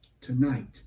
Tonight